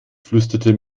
flüsterte